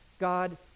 God